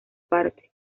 parte